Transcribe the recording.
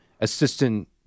assistant